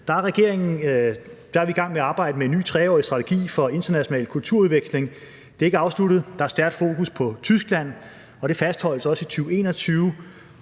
er vi i gang med at arbejde med en ny 3-årig strategi for internal kulturudveksling. Det er ikke afsluttet. Der er stærkt fokus på Tyskland, og det fastholdes også i 2021,